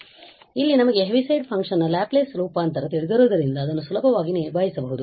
ಆದರೆ ಇಲ್ಲಿ ನಮಗೆ ಹೆವಿಸೈಡ್ ಫಂಕ್ಷನ್ ನ ಲ್ಯಾಪ್ಲೇಸ್ ರೂಪಾಂತರ ತಿಳಿದಿರುವುದರಿಂದ ಅದನ್ನು ಸುಲಭವಾಗಿ ನಿಭಾಯಿಸಬಹುದು